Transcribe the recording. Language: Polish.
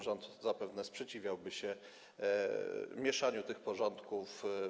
Rząd zapewne sprzeciwiałby się mieszaniu tych porządków.